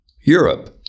Europe